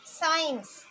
science